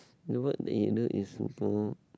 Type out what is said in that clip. the work that you do is super